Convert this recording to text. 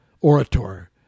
orator